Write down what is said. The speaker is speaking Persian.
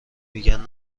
میگن